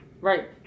Right